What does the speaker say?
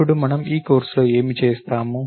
ఇప్పుడు మనము ఈ కోర్సులో ఏమి చేసాము